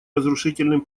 разрушительным